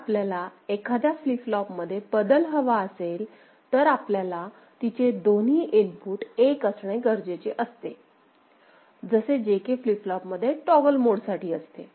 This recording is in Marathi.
जर आपल्याला एखाद्या फ्लिप फ्लॉप मध्ये बदल हवा असेल तर आपल्याला तिचे दोन्ही इनपुट 1 असणे गरजेचे असते जसे J K फ्लिप फ्लॉप मध्ये टॉगल मोड साठी असते